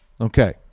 Okay